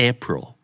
April